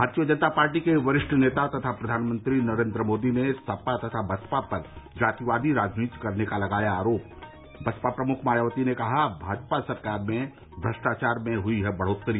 भारतीय जनता पार्टी के वरिष्ठ नेता तथा प्रधानमंत्री नरेन्द्र मोदी ने सपा तथा बसपा पर जातिवादी राजनीति करने का लगाया आरोप बसपा प्रमुख मायावती ने कहा भाजपा सरकार में भ्रष्टाचार में हुई है बढ़ोत्तरी